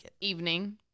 evening